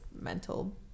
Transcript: mental